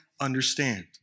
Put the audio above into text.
understand